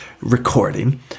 recording